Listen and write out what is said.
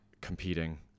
competing